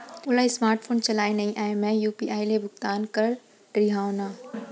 मोला smart phone चलाए नई आए मैं यू.पी.आई ले भुगतान कर डरिहंव न?